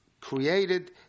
created